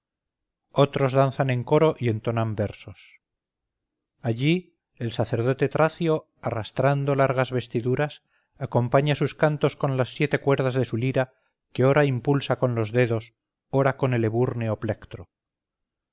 otros danzan en coro y entonan versos allí el sacerdote tracio arrastrando largas vestiduras acompaña sus cantos con las siete cuerdas de su lira que ora impulsa con los dedos ora con el